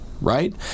right